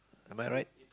am I right